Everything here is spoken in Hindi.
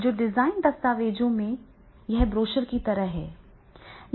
तो डिजाइन दस्तावेजों में यह ब्रोशर की तरह है